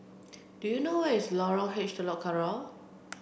do you know where is Lorong H Telok Kurau